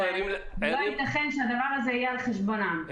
ולא ייתכן שהדבר הזה יהיה על חשבונם.